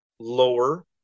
lower